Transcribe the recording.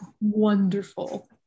wonderful